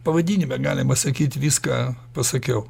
pavadinime galima sakyt viską pasakiau